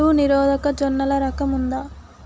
కరువు నిరోధక జొన్నల రకం ఉందా?